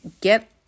get